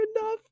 enough